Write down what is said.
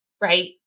right